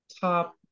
top